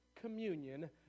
communion